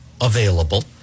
available